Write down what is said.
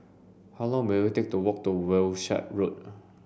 how long will it take to walk to Wishart Road